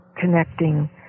connecting